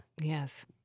Yes